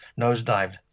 nosedived